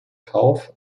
kauf